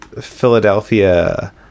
Philadelphia